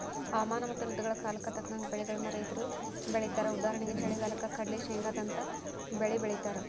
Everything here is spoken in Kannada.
ಹವಾಮಾನ ಮತ್ತ ಋತುಗಳ ಕಾಲಕ್ಕ ತಕ್ಕಂಗ ಬೆಳಿಗಳನ್ನ ರೈತರು ಬೆಳೇತಾರಉದಾಹರಣೆಗೆ ಚಳಿಗಾಲಕ್ಕ ಕಡ್ಲ್ಲಿ, ಶೇಂಗಾದಂತ ಬೇಲಿ ಬೆಳೇತಾರ